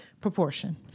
proportion